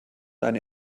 eine